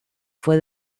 fue